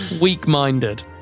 Weak-minded